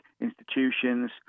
institutions